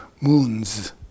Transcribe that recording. moons